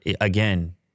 again